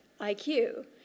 IQ